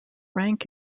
rank